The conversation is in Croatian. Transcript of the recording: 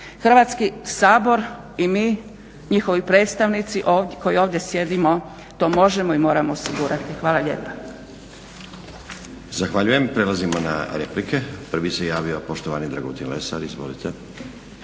Hrvatski sabor i mi i njihovi predstavnici koji ovdje sjedimo to možemo i moramo osigurati. Hvala lijepa.